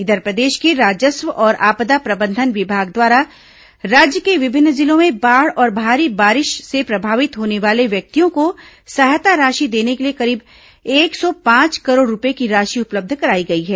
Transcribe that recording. इधर प्रदेश के राजस्व और आपदा प्रबंधन विभाग द्वारा राज्य के विभिन्न जिलों में बाढ़ और भारी बारिश से प्रभावित होने वाले व्यक्तियों को सहायता राशि देने के लिए करीब एक सौ पांच करोड़ रूपये की राशि उपलब्ध कराई गई है